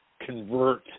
convert